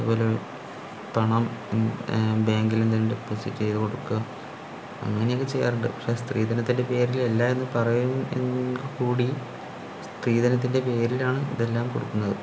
അതുപോലെ പണം ബാങ്കിലെന്തെങ്കിലും ഡെപ്പോസിറ്റ് ചെയ്ത് കൊടുക്കുക അങ്ങനെയൊക്കെ ചെയ്യാറുണ്ട് പക്ഷെ സ്ത്രീധനത്തിൻ്റെ പേരിൽ എല്ലാവരും പറയും എങ്കിൽ കൂടി സ്ത്രീധനത്തിൻ്റെ പേരിലാണ് ഇതെല്ലാം കൊടുക്കുന്നത്